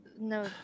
No